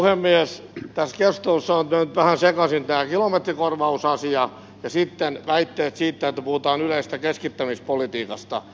tässä keskustelussa ovat nyt menneet vähän sekaisin tämä kilometrikorvausasia ja sitten väitteet siitä että puhutaan yleisestä keskittämispolitiikasta